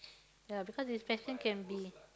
ya because depression can be